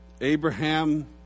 Abraham